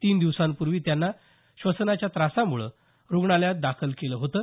तीन दिवसांपूर्वी त्यांना श्वसनाच्या त्रासामुळे रुग्णालयात दाखल केलं होतं